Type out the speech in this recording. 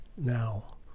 now